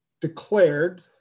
declared